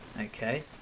okay